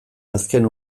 azken